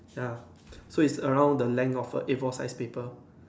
ya so it's around the leg of a A four size paper